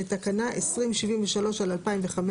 לתקנה 2073/2005,